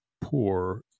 poor